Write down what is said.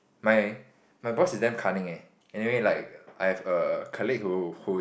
my my boss is damn cunning eh anyway like I've a colleague who who's